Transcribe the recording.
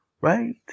right